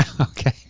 Okay